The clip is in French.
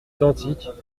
identiques